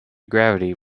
gravity